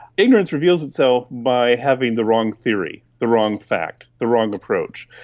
ignorance reveals itself by having the wrong theory, the wrong fact, the wrong approach.